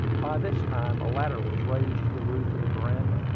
by this time a ladder was raised to the roof of the veranda,